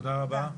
תודה רבה.